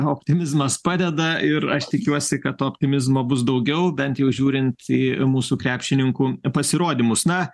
optimizmas padeda ir aš tikiuosi kad to optimizmo bus daugiau bent jau žiūrint į mūsų krepšininkų pasirodymus na